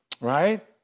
right